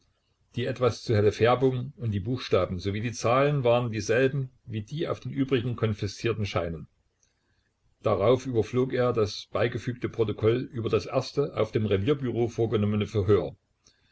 die etwas zu helle färbung und die buchstaben sowie die zahlen waren dieselben wie die auf den übrigen konfiszierten scheinen darauf überflog er das beigefügte protokoll über das erste auf dem revierbüro vorgenommene verhör